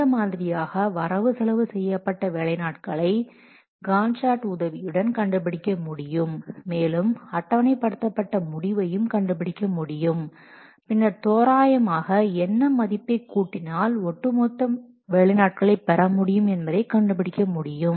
இந்த மாதிரியாக வரவு செலவு செய்ய செய்யப்பட்ட வேலை நாட்களை காண்ட் சார்ட் உதவியுடன் கண்டுபிடிக்க முடியும் மேலும் அட்டவணைப்படுத்தப்பட்ட முடிவையும் கண்டுபிடிக்க முடியும் பின்னர் தோராயமாக என்ன மதிப்பை கூட்டினால் ஒட்டுமொத்த வேலை நாட்களை பெற முடியும் என்பதை கண்டுபிடிக்க முடியும்